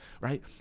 right